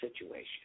situation